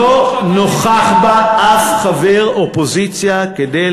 חבר הכנסת שמולי,